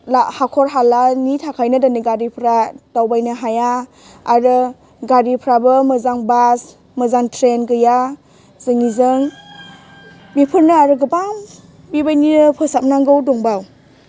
हाखर हालानि थाखायनो दिनै गारिफोरा दावबायनो हाया आरो गारिफोराबो मोजां बास मोजां ट्रैन गैया जोंनिजों बेफोरनो आरो गोबां बेबायदिनो फोसाबनांगौ दंबावो